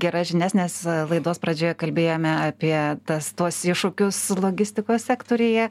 geras žinias nes laidos pradžioje kalbėjome apie tas tuos iššūkius logistikos sektoriuje